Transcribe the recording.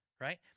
right